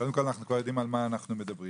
קודם כל אנחנו כבר יודעים על מה אנחנו מדברים.